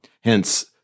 Hence